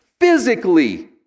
physically